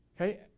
Okay